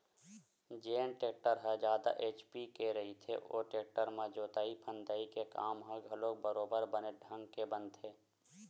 जेन टेक्टर ह जादा एच.पी के रहिथे ओ टेक्टर म जोतई फंदई के काम ह घलोक बरोबर बने ढंग के बनथे